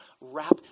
wrap